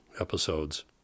episodes